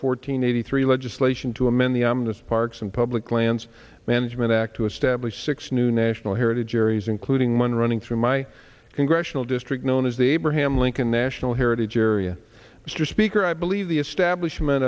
fourteen eighty three legislation to amend the ominous parks and public lands management act to establish six new national heritage areas including one running through my congressional district known as the abraham lincoln national heritage area mr speaker i believe the establishment